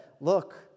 Look